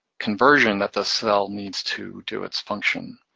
conversion that the cell needs to do its function.